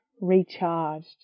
recharged